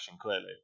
clearly